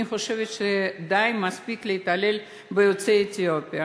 אני חושבת שדי ומספיק להתעלל ביוצאי אתיופיה.